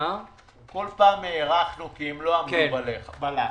--- בכל פעם הארכנו כי הם לא עמדו בלחץ.